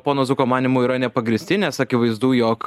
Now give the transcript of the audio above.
pono zuoko manymu yra nepagrįsti nes akivaizdu jog